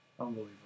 unbelievable